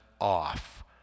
off